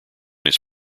his